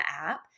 app